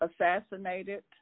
assassinated